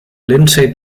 lindsay